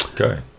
okay